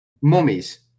Mummies